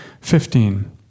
Fifteen